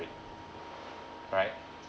right